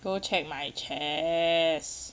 go check my chest